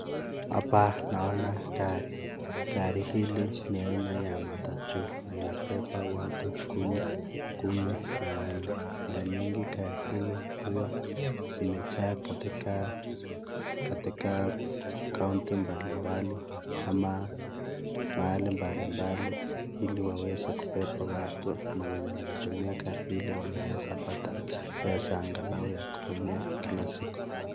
Hapa naona gari. Gari hili ni aina ya matatu na inabeba watu kumi na wanne. Mara nyingi gari hili huwa zimejaa katika katika kaunti mbalimbali ama mahali mbalimbali ili waweze kubeba watu na wenye wanatumia gari hili wanaweza pata pesa angalau ya kutumia kila siku.